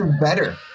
better